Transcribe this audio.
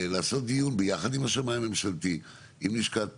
לעשות דיון ביחד עם השמאי הממשלתי, עם לשכת